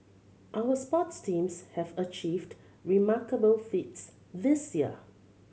our sports teams have achieved remarkable feats this year